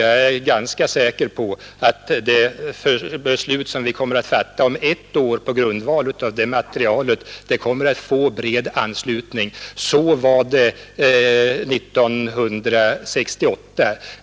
Jag är säker på att det beslut som vi kommer att fatta om ett år på grundval av det materialet kommer att få bred anslutning. Så var det 1968.